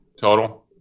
Total